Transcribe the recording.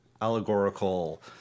allegorical